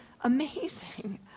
amazing